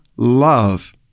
love